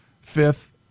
fifth